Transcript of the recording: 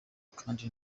kandi